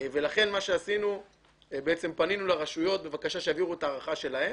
לכן פנינו לרשויות בבקשה שיעבירו את ההערכה שלהן,